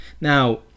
Now